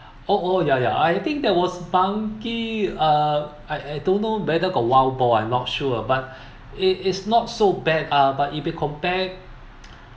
oh oh ya ya I think there was monkey uh I I don't know whether got wild boar I'm not sure but it is not so bad ah but if you compare